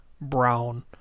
Brown